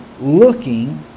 looking